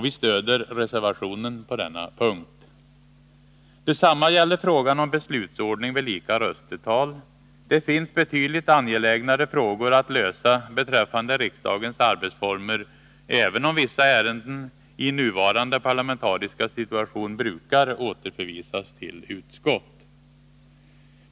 Vi stöder reservationen på denna punkt. Detsamma gäller frågan om beslutsordning vid lika röstetal. Det finns betydligt angelägnare frågor att lösa beträffande riksdagens arbetsformer, även om vissa ärenden i nuvarande parlamentariska situation brukar återförvisas till utskott.